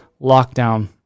lockdown